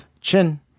Chin